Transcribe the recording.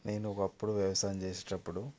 నేను ఒకప్పుడు వ్యవసాయం చేసేటప్పుడు